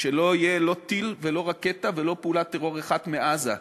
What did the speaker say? שלא יהיה לא טיל ולא רקטה ולא פעולת טרור אחת מעזה,